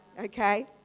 Okay